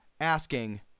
asking